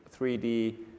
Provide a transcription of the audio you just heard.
3D